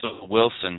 Wilson